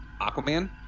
Aquaman